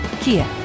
Kia